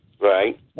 Right